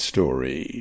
Story